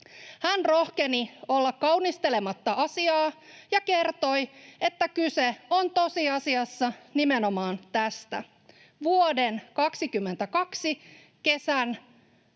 Hän rohkeni olla kaunistelematta asiaa ja kertoi, että kyse on tosiasiassa nimenomaan tästä: vuoden 2022 kesän